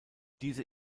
diese